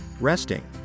resting